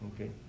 okay